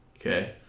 Okay